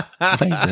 Amazing